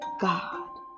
God